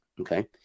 okay